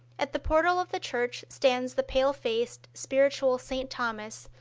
at the portal of the church stands the pale-faced, spiritual st. thomas,